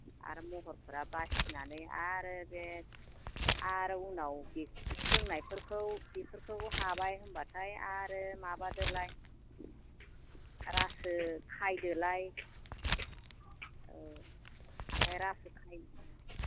आरो महरफोरा सायख'नानै आरो बे आरो उनाव बे सोंनायफोरखौ बेफोरखौ हाबाय होनबाथाय आरो माबाबावदो रासो खायदोलाय औ ओमफ्राय रासो